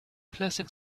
plastic